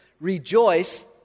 Rejoice